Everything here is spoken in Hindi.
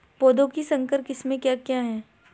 पौधों की संकर किस्में क्या क्या हैं?